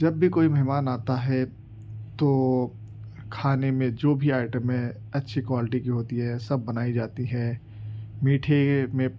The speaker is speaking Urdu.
جب بھی کوئی مہمان آتا ہے تو کھانے میں جو بھی آئٹمیں اچھی کوالٹی کی ہوتی ہے سب بنائی جاتی ہے میٹھے میں